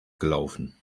gelaufen